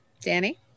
Danny